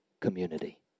community